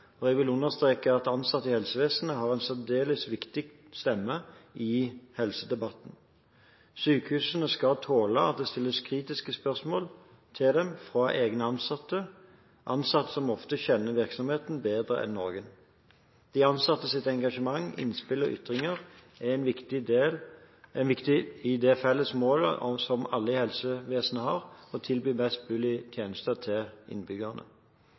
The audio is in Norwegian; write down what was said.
og jeg vil understreke at ansatte i helsevesenet har en særdeles viktig stemme i helsedebatten. Sykehusene skal tåle at det stilles kritiske spørsmål til dem fra egne ansatte, ansatte som ofte kjenner virksomheten bedre enn noen. De ansattes engasjement, innspill og ytringer er viktig i det felles målet som alle i helsevesenet har – å tilby best mulig tjenester til innbyggerne.